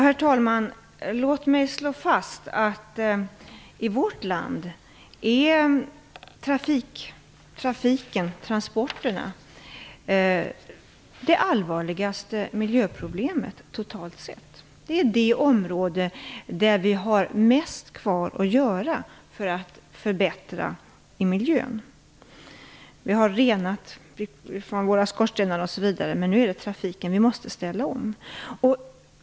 Herr talman! Låt mig slå fast att trafiken, transporterna, är det allvarligaste miljöproblemet i vårt land totalt sett. Det är det område där vi har mest kvar att göra för att förbättra miljön. Vi har rensat i skorstenarna, men nu måste trafiken ställas om.